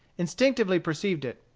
instinctively perceived it.